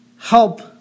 help